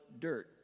dirt